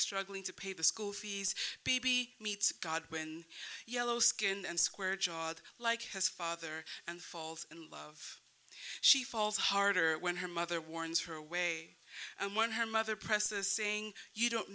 struggling to pay the school fees baby meets godwin yellow skin and square jawed like his father and falls in love she falls harder when her mother warns her away and when her mother presses saying you don't